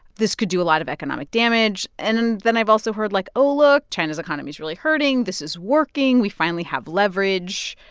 this could do a lot of economic damage. and and then i've also heard like, oh, look, china's economy is really hurting. this is working. we finally have leverage.